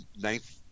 ninth